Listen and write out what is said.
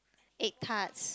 egg tarts